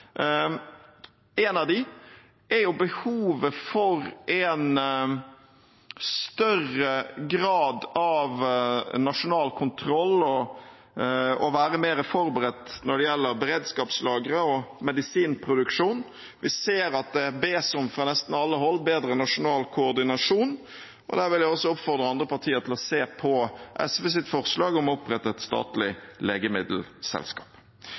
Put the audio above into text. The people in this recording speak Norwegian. En av dem er behovet for en større grad av nasjonal kontroll og å være mer forberedt når det gjelder beredskapslagre og medisinproduksjon. Vi ser at det fra nesten alle hold bes om bedre nasjonal koordinasjon. Der vil jeg oppfordre andre partier til å se på SVs forslag om å opprette et statlig legemiddelselskap.